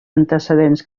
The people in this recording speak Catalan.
antecedents